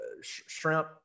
shrimp